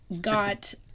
got